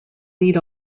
lead